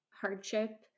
hardship